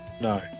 No